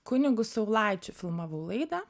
kunigu saulaičiu filmavau laidą